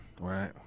right